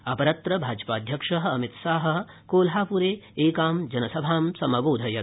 अपरत्र भाजपाध्यक्षः अमित शाहः कोल्हापुरे जनसभा समबोधयत्